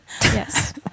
yes